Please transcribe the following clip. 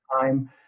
time